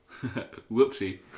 whoopsie